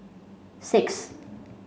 six